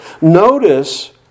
Notice